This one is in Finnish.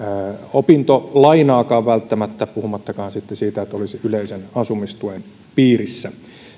opintolainaakaan puhumattakaan sitten siitä että olisi yleisen asumistuen piirissä